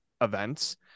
events